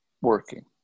Working